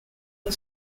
and